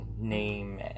name